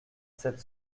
sept